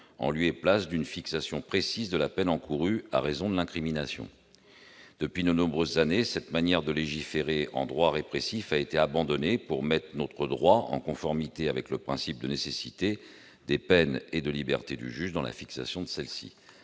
en lieu et place d'une fixation précise de la peine encourue à raison de l'incrimination. Depuis de nombreuses années, cette manière de légiférer en droit répressif a été abandonnée pour mettre notre droit en conformité avec le principe de nécessité des peines et de liberté du juge à fixer celles-ci.